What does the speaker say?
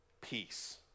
peace